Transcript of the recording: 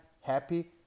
happy